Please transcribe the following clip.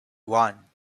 one